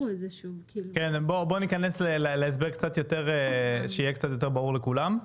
בואו ניכנס להסבר שיהיה קצת יותר ברור לכולם,